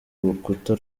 rukuta